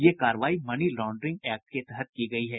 ये कार्रवाई money laundering act के तहत की गयी है